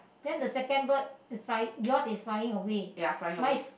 then the second bird fly yours is flying away mine is